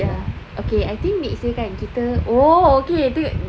ya okay I think next year kan kita oh okay tengok